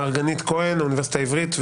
מרגית כהן מהאוניברסיטה העברית.